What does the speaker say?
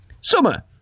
Summer